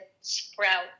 sprout